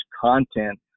content